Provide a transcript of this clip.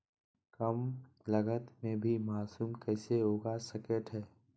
कम लगत मे भी मासूम कैसे उगा स्केट है?